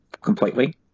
completely